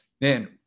man